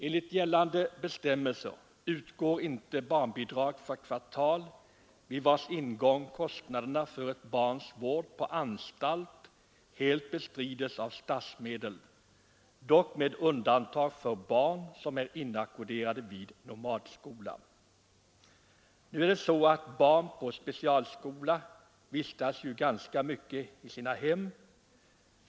Enligt gällande bestämmelser utgår inte barnbidrag för kvartal vid vars ingång kostnaderna för ett barns vård på anstalt helt bestrids av statsmedel, dock med undantag för barn som är inackorderade vid nomadskola. Barn på specialskola vistas ju ganska mycket i sina hem.